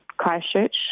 Christchurch